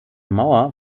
mauer